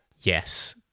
yes